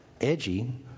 edgy